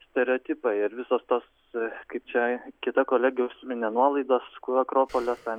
stereotipą ir visos tos kaip čia kita kolegė užsiminė nuolaidos kur akropoliuose